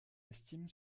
estime